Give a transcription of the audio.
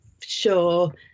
sure